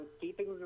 keeping